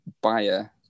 buyer